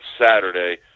Saturday